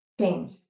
change